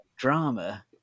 Drama